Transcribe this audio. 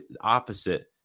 opposite